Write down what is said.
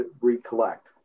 recollect